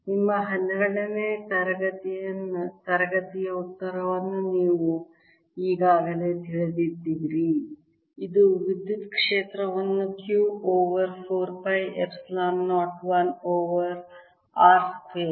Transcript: ನಿಮ್ಮ ಹನ್ನೆರಡನೇ ತರಗತಿಯ ಉತ್ತರವನ್ನು ನೀವು ಈಗಾಗಲೇ ತಿಳಿದಿದ್ದೀರಿ ಇದು ವಿದ್ಯುತ್ ಕ್ಷೇತ್ರವನ್ನು Q over 4 pi epsilon 0 1 over r square